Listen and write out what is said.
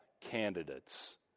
candidates